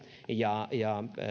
ja ja